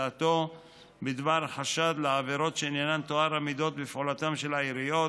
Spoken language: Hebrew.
דעתו בדבר חשד לעבירות שעניינן טוהר המידות בפעולתם של העירייה,